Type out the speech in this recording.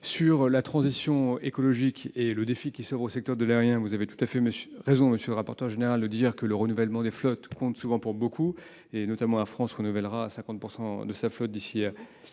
la transition écologique et le défi qui s'impose au secteur de l'aérien, vous avez tout à fait raison, monsieur le rapporteur général, le renouvellement des flottes compte souvent pour beaucoup. Ainsi, Air France renouvellera 50 % de sa flotte d'ici à 2026.